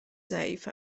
ضعیف